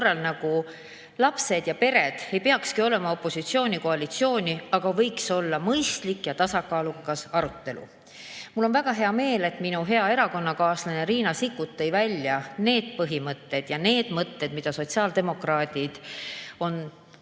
korral nagu lapsed ja pered ei peakski olema opositsiooni-koalitsiooni [poolel]. Aga võiks olla mõistlik ja tasakaalukas arutelu. Mul on väga hea meel, et minu hea erakonnakaaslane Riina Sikkut tõi välja need põhimõtted ja mõtted, mida sotsiaaldemokraadid on